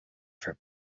for